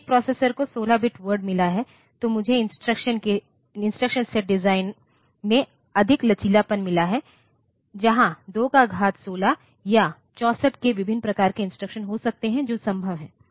यदि एक प्रोसेसर को 16 बिट वर्ड मिला है तो मुझे इंस्ट्रक्शन सेट डिजाइन में अधिक लचीलापन मिला है जहां 216 या 64k विभिन्न प्रकार के इंस्ट्रक्शन हो सकते हैं जो संभव हैं